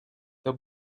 the